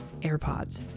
AirPods